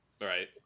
Right